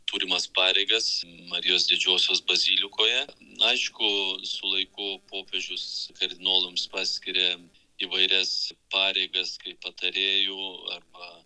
turimas pareigas marijos didžiosios bazilikoje aišku su laiku popiežius kardinolams paskiria įvairias pareigas kaip patarėjų arba